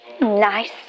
Nice